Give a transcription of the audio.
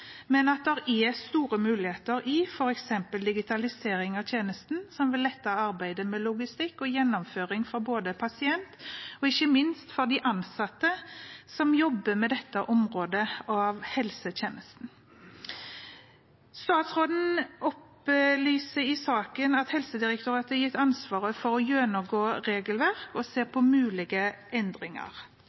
men at det er store muligheter, f.eks. i digitalisering av tjenesten, som vil lette arbeidet med logistikk og gjennomføring både for pasient og – ikke minst – for de ansatte som jobber med dette området av helsetjenesten. Statsråden opplyser i saken at Helsedirektoratet er gitt ansvaret for å gjennomgå regelverk og se på mulige endringer,